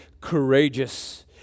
courageous